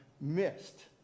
missed